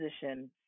position